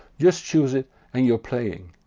just choose it and you're playing.